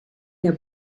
der